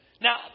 Now